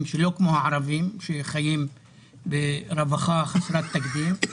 שלא כמו הערבים שחיים ברווחה חסרת תקדים.